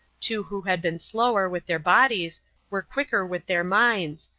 two who had been slower with their bodies were quicker with their minds,